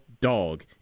dog